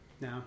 no